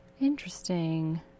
Interesting